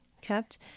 kept